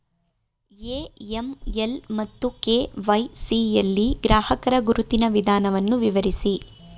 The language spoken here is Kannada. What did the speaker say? ಎ.ಎಂ.ಎಲ್ ಮತ್ತು ಕೆ.ವೈ.ಸಿ ಯಲ್ಲಿ ಗ್ರಾಹಕರ ಗುರುತಿನ ವಿಧಾನವನ್ನು ವಿವರಿಸಿ?